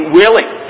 willing